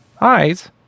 Eyes